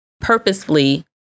purposefully